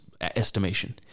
estimation